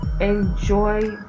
enjoy